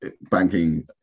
banking